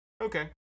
Okay